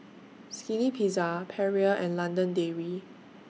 Skinny Pizza Perrier and London Dairy